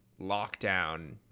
lockdown